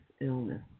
Illness